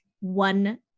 one